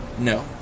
No